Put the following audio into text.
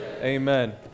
Amen